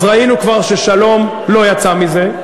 אז ראינו כבר ששלום לא יצא מזה,